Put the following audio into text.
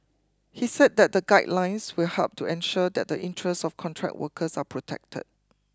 he said that the guidelines will help to ensure that the interests of contract workers are protected